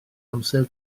amser